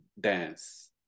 dance